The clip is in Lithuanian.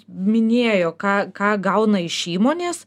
minėjo ką ką gauna iš įmonės